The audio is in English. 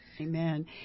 Amen